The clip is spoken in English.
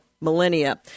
millennia